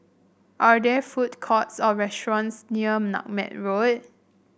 are there food courts or restaurants near Nutmeg Road